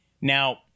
Now